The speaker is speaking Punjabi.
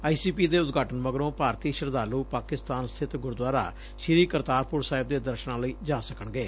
ਆਈ ਸੀ ਪੀ ਦੇ ਉਦਘਾਟਨ ਮਗਰੋਂ ਭਾਰਤੀ ਸ਼ਰਧਾਲੂ ਪਾਕਿਸਤਾਨ ਸਥਿਤ ਗੁਰਦੁਆਰਾ ਸ੍ਰੀ ਕਰਤਾਰਪੁਰ ਸਾਹਿਬ ਦੇ ਦਰਸ਼ਨਾਂ ਲਈ ਜਾ ਸਕਣਗੇ